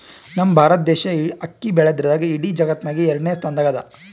ನಮ್ ಭಾರತ್ ದೇಶ್ ಅಕ್ಕಿ ಬೆಳ್ಯಾದ್ರ್ದಾಗ್ ಇಡೀ ಜಗತ್ತ್ನಾಗೆ ಎರಡನೇ ಸ್ತಾನ್ದಾಗ್ ಅದಾ